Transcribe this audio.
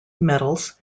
medals